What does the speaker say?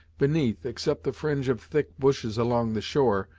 beneath, except the fringe of thick bushes along the shore,